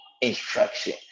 instruction